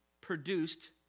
produced